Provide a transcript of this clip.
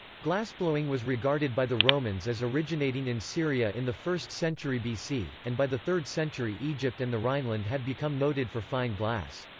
glassblowing was regarded by the romans as originating in syria in the first century bc, and by the third century egypt and the rhineland had become noted for fine glass.